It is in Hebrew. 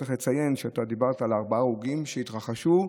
צריך לציין שדיברת על ארבעה הרוגים בארבע